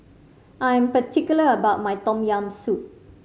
I am particular about my Tom Yam Soup